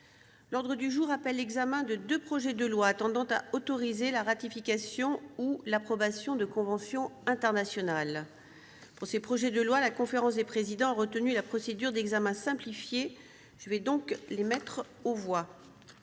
L'ordre du jour appelle l'examen de deux projets de loi tendant à autoriser la ratification ou l'approbation de conventions internationales. Pour ces deux projets de loi, la conférence des présidents a retenu la procédure d'examen simplifié. Je vais donc les mettre